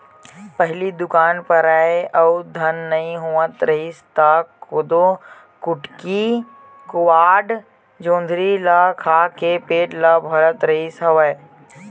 पहिली दुकाल परय अउ धान नइ होवत रिहिस त कोदो, कुटकी, जुवाड़, जोंधरी ल खा के पेट ल भरत रिहिस हवय